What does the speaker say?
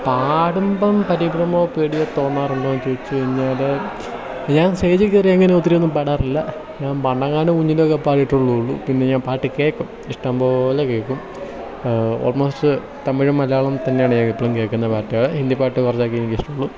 പാടുമ്പം പരിഭ്രമമോ പേടിയോ തോന്നാറുണ്ടോ എന്ന് ചോദിച്ചു കഴിഞ്ഞാൽ ഞാൻ സ്റ്റേജിൽ കയറിയാൽ അങ്ങനെ ഒത്തിരി ഒന്നും പാടാറില്ല ഞാൻ പണ്ടെങ്ങാനും കുഞ്ഞിലേ ഒക്കെ പാടിയിട്ടുള്ളതേ ഉള്ളൂ പിന്നെ ഞാൻ പാട്ട് കേൾക്കും ഇഷ്ടംപോലെ കേൾക്കും ഓൾമോസ്റ്റ് തമിഴും മലയാളവും തന്നെയാണ് എറ്റവും കേൾക്കുന്ന പാട്ടുകൾ ഹിന്ദി പാട്ട് കുറച്ചൊക്കെ എനിക്ക് ഇഷ്ടമുള്ളൂ